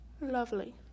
Lovely